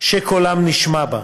שקולם נשמע בה,